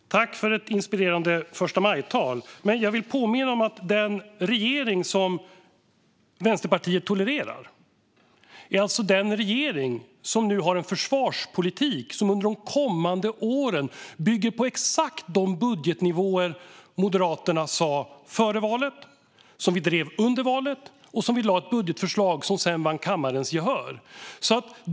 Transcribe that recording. Herr ålderspresident! Jag tackar för ett inspirerande förstamajtal. Jag vill dock påminna om att den regering som Vänsterpartiet tolererar är den regering som nu har en försvarspolitik som under de kommande åren bygger på exakt de budgetnivåer som Moderaterna talade om före valet, drev under valet och därefter lade in i det budgetförslag som sedan vann kammarens gehör.